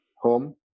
home